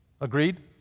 Agreed